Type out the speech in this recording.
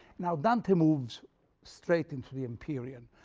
now, dante moves straight into the empyrean,